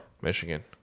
Michigan